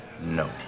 No